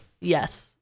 yes